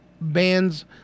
bands